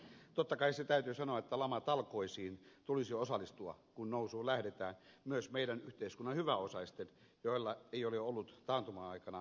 totta kai se täytyy sanoa että lamatalkoisiin tulisi osallistua kun nousuun lähdetään myös meidän yhteiskunnan hyväosaisten joilla ei ole ollut taantuman aikana mitään hätää